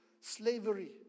slavery